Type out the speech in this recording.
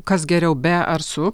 kas geriau be ar su